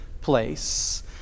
place